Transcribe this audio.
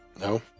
No